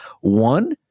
One